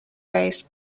based